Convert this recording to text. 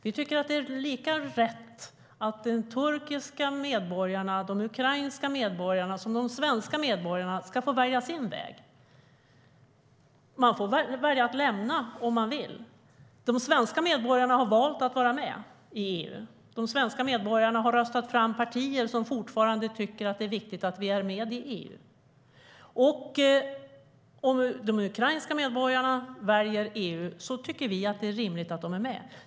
Vi tycker att det är lika rätt att de turkiska medborgarna, de ukrainska medborgarna och de svenska medborgarna ska få välja sin väg. Man får välja att lämna EU om man vill. De svenska medborgarna har valt att vara med i EU. De har röstat fram partier som fortfarande tycker att det är viktigt att vi är med i EU. Om de ukrainska medborgarna väljer EU tycker vi att det är rimligt att de är med.